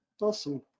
Awesome